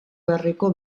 beharreko